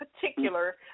particular